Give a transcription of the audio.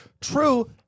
true